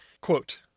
quote